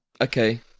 Okay